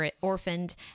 orphaned